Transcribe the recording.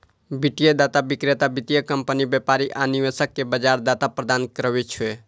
वित्तीय डाटा विक्रेता वित्तीय कंपनी, व्यापारी आ निवेशक कें बाजार डाटा प्रदान करै छै